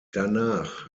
danach